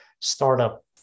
startup